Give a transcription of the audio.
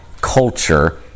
culture